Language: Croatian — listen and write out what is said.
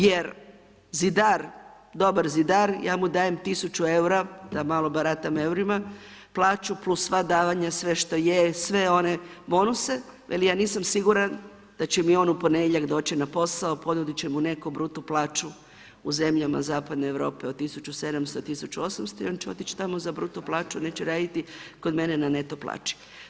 Jer zidar, dobar zidar, ja mu dajem 1000 eura, da malo baratam eurima, plaću plus sva davanja, sve što je, sve one bonuse, ja nisam siguran da će mi on u ponedjeljak doći na posao, ponudit će mu netko BRUTO plaću u zemljama zapadne Europe od 1700, 1800 i on će otić tamo za BRUTO plaću, neće raditi kod mene na NETO plaći.